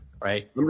Right